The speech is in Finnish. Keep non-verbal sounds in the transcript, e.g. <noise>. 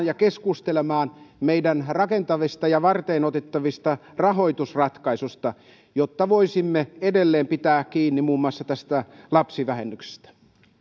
<unintelligible> ja keskustelemaan meidän rakentavista ja varteenotettavista rahoitusratkaisuista jotta voisimme edelleen pitää kiinni muun muassa lapsivähennyksestä